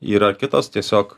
yra kitos tiesiog